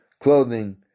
clothing